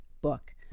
book